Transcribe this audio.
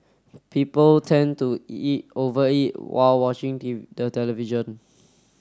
people tend to eat over eat while watching the television